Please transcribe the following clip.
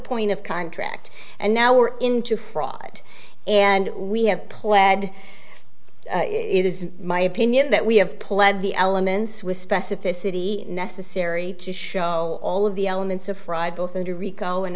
point of contract and now we're into fraud and we have pled it is my opinion that we have pled the elements with specificity necessary to show all of the elements of fraud both under rico and